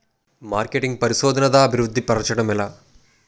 marketing పరిశోధనదా అభివృద్ధి పరచడం ఎలా